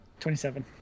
27